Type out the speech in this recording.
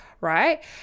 Right